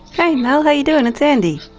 hey mel, how you doing? it's andy.